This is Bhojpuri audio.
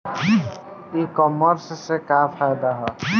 ई कामर्स से का फायदा ह?